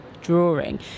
drawing